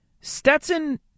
Stetson